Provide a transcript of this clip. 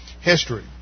history